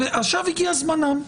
עכשיו הגיע זמנם.